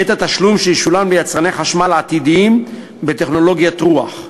את התשלום שישולם ליצרני חשמל עתידיים בטכנולוגיית רוח.